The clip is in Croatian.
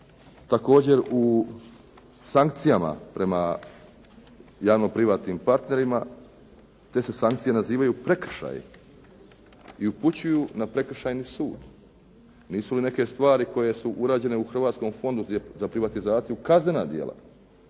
također u sankcijama prema javno-privatnim partnerima, te se sankcije nazivaju prekršaji i upućuju na Prekršajni sud. Nisu li neke stvari koje su urađene u Hrvatskom fondu za privatizaciju kaznena djela